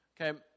Okay